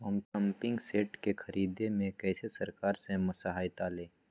Pumping set के ख़रीदे मे कैसे सरकार से सहायता ले?